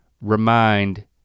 remind